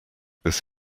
this